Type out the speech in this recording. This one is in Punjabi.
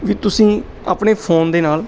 ਵੀ ਤੁਸੀਂ ਆਪਣੇ ਫ਼ੋਨ ਦੇ ਨਾਲ